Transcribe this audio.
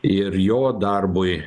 ir jo darbui